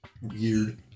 weird